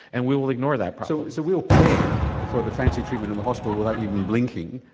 and we will ignore that problem. so we will pay for the fancy treatment in the hospital without even blinking,